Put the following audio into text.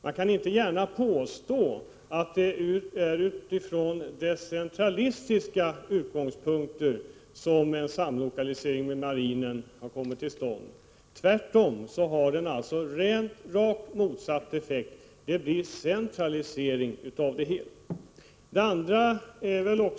Man kan väl inte utan vidare påstå att det är decentralistiska tankar som har gjort att en samlokalisering med marinen har kommit till stånd — tvärtom. En sådan här samlokalisering har rakt motsatt effekt: Det blir fråga om en centralisering av det hela. Sedan till en annan sak.